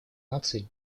наций